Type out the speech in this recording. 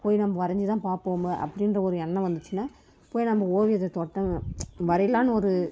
போய் நம்ம வரைஞ்சிதான் பார்ப்போமே அப்படின்ற ஒரு எண்ணம் வந்துச்சுன்னா போய் நம்ம ஓவியத்தை தொட்டோன்னால் வரையலாம்னு ஒரு